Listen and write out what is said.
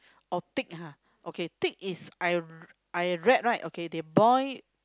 oh thick ha okay thick is I I write right okay they boil